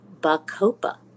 Bacopa